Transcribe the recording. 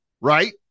right